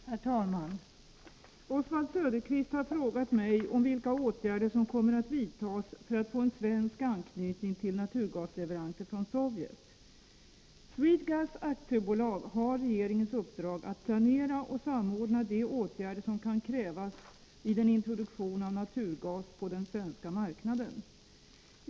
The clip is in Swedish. Herr talman! Oswald Söderqvist har frågat mig om vilka åtgärder som kommer att vidtas för att få en svensk anknytning till naturgasleveranser från Sovjet. Swedegas AB har regeringens uppdrag att planera och samordna de åtgärder som kan krävas vid en introduktion av naturgas på den svenska marknaden.